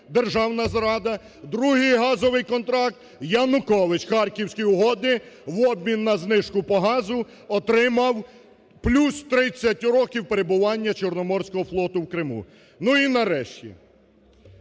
державна зрада. Другий газовий контракт: Янукович, Харківські угоди, в обмін на знижку по газу отримав плюс 30 років перебування Чорноморського флоту в Криму. Ну, і нарешті.